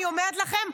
אני אומרת לכם,